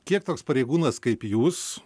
kiek toks pareigūnas kaip jūs